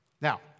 Now